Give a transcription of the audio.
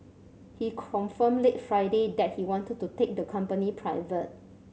he confirmed late Friday that he wanted to take the company private